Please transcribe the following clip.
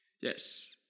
Yes